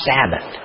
Sabbath